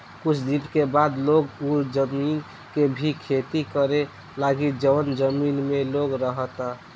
कुछ दिन के बाद लोग उ जमीन के भी खेती करे लागी जवन जमीन में लोग रहता